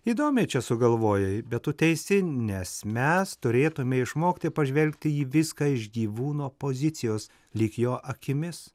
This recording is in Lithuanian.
įdomiai čia sugalvojai bet tu teisi nes mes turėtume išmokti pažvelgti į viską iš gyvūno pozicijos lyg jo akimis